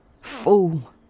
Fool